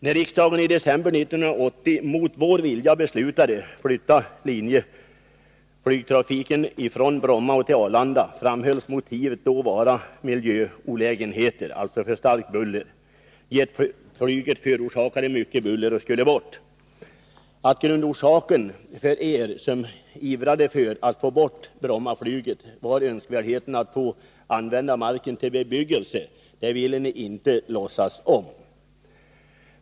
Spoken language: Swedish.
När riksdagen i december 1980 mot vår vilja beslutade flytta Linjeflygstrafiken från Bromma till Arlanda framhölls motivet vara miljöolägenheter, alltså för starkt buller. Jetflyget förorsakade mycket buller och skulle bort. Att grundorsaken för er som ivrade för att få bort Brommaflyget var önskvärdheten av att få använda marken till bebyggelse ville ni inte låtsas om.